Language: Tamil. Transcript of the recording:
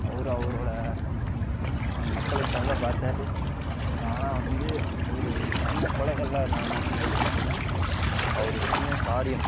அவர் அவரோடய அந்த மக்களுக்காக பார்த்தாரு ஆனால் வந்து அவர் பண்ண கொலைகளில் நானு ரைட்டு சொல்லல அவர் செஞ்ச காரியம்